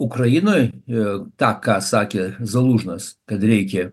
ukrainoj tą ką sakė zalužnas kad reikia